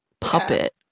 puppet